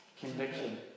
Conviction